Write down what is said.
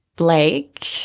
Blake